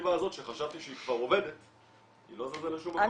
האלטרנטיבה הזאת שחשבתי שהיא כבר עובדת היא לא זזה לשום מקום.